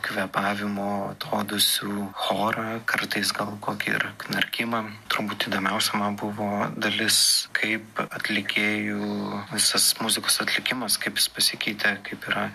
kvėpavimų atodūsių chorą kartais gal kokį ir knarkimą turbūt įdomiausia man buvo dalis kaip atlikėjų visas muzikos atlikimas kaip jis pasikeitė kaip yra